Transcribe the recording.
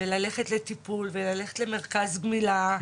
וללכת לטיפול, וללכת למרכז גמילה.